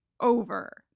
over